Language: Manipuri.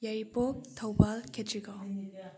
ꯌꯥꯏꯔꯤꯄꯣꯛ ꯊꯧꯕꯥꯜ ꯈꯦꯇ꯭ꯔꯤꯒꯥꯎ